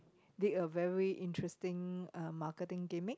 did a very interesting uh marketing gimmick